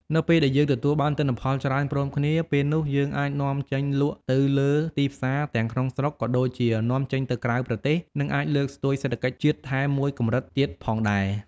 នៅពេលដែលយើងទទួលបានទិន្នផលច្រើនព្រមគ្នា ពេលនោះយើងអាចនាំចេញលក់ទៅលើទីផ្សារ ទាំងក្នុងស្រុក ក៏ដូចជានាំចេញទៅក្រៅប្រទេស នឹងអាចលើកស្ទួយសេដ្ឋកិច្ចជាតិថែមមួយកម្រិតទៀតផងដែរ។